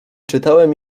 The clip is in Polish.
czytałem